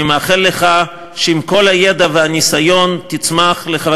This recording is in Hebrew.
אני מאחל לך שעם כל הידע והניסיון תצמח לחבר